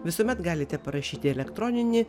visuomet galite parašyti elektroninį